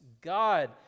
God